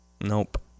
Nope